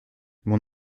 mon